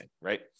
right